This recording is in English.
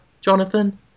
Jonathan